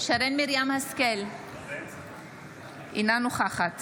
שרן מרים השכל, אינה נוכחת